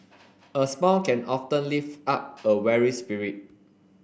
a smile can often lift up a weary spirit